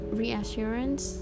reassurance